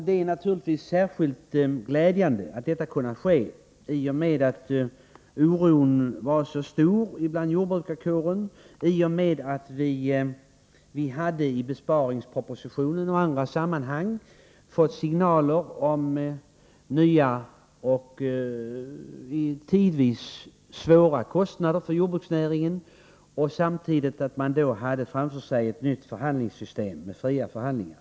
Det är naturligtvis särskilt glädjande att ett avtal har kunnat träffas då oron inom jordbrukarkåren varit så stor, i och med att vi i besparingspropositionen och i andra sammanhang hade fått signaler om nya och tidvis stora kostnader för jordbruksnäringen. Samtidigt hade man ju framför sig ett nytt förhandlingssystem med fria förhandlingar.